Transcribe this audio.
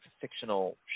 fictional